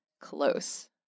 close